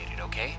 Okay